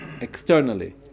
externally